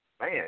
man